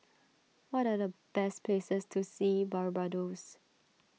what are the best places to see Barbados